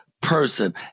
person